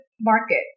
market